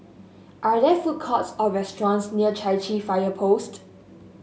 are there food courts or restaurants near Chai Chee Fire Post